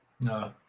No